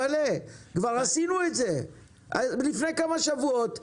כבר ראינו את המצגת הזו לפני כמה שבועות.